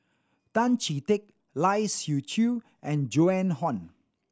Tan Chee Teck Lai Siu Chiu and Joan Hon